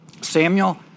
Samuel